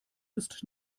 ist